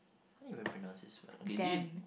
how do you even pronounce this word okay thi~